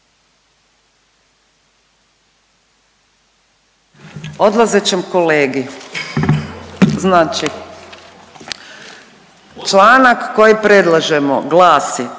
Odlazećem kolegi, znači članak koji predlažemo glasi,